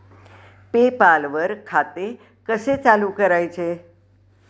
पे पाल वर खाते कसे चालु करायचे